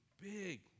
big